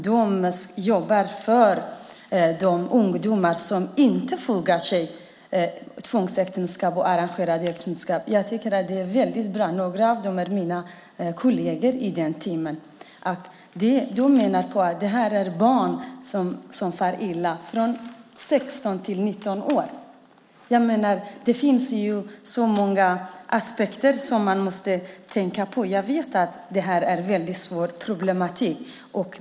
De jobbar för de ungdomar som inte fogar sig i tvångsäktenskap och arrangerade äktenskap. Det är väldigt bra. Några av dem som arbetar i teamen är mina kolleger. De menar att det är barn i åldern 16-18 år som far illa. Det finns många aspekter man måste tänka på. Jag vet att det är en svår problematik.